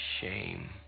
shame